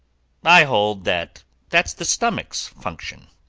i hold that that's the stomach's function,